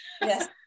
Yes